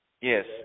Yes